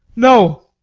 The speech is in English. no,